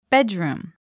Bedroom